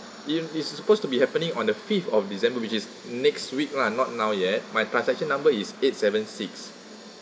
it~ it's supposed to be happening on the fifth of december which is next week [one] not now yet my transaction number is eight seven six